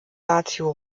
lazio